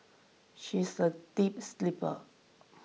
she is a deep sleeper